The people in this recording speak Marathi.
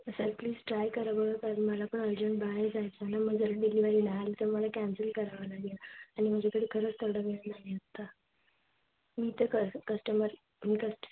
सर प्लीज ट्राय करावं कारण मला पण अर्जंट बाहेर जायचं आहे ना मग जर डिलीवरी नाही आली तर मला कॅन्सल करावं लागेल आणि माझ्याकडे खरंच तेवढा वेळं नाही आत्ता मी ते कं कस्टमर मी कस्ट